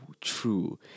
true